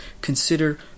consider